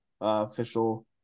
official